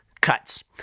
cuts